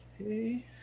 okay